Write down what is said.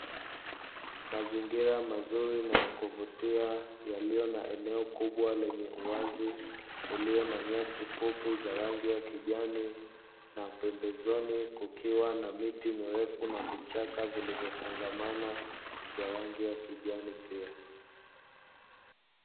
Mazingira mazuri na yakuvutia, yaliyo na eneo kubwa lenye uwazi ulio na nyasi fupi za rangi ya kijani, na pembezoni kukiwa na miti mirefu na vichaka vilivyofungamana vya rangi ya kijani pia.